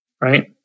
right